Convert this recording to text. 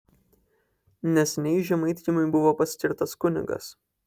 neseniai žemaitkiemiui buvo paskirtas kunigas